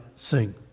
sing